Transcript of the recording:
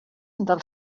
del